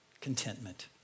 contentment